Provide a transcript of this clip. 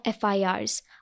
FIRs –